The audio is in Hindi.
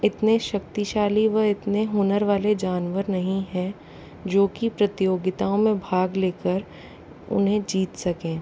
इतने शक्तिशाली वह इतने हुनर वाले जानवर नहीं हैं जो की प्रतियोगिताओं में भाग लेकर उन्हें जीत सकें